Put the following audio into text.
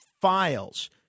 files